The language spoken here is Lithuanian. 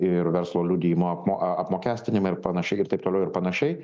ir verslo liudijimo apmo apmokestinimą ir panašiai ir taip toliau ir panašiai